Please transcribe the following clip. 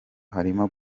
harimo